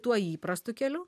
tuo įprastu keliu